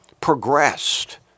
Progressed